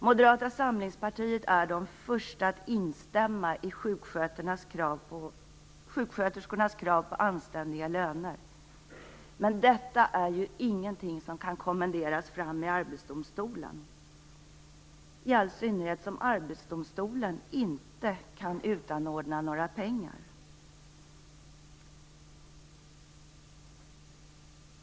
Moderata samlingspartiet är de första att instämma i sjuksköterskornas krav på anständiga löner, men detta är ju ingenting som kan kommenderas fram i Arbetsdomstolen, i all synnerhet som Arbetsdomstolen inte kan utanordna några pengar.